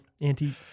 anti